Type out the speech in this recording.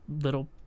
little